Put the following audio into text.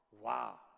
Wow